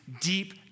deep